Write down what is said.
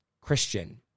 Christian